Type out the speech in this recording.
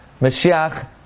Mashiach